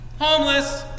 Homeless